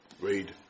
read